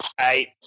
eight